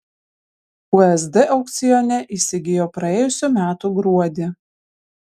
usd aukcione įsigijo praėjusių metų gruodį